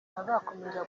azakomeza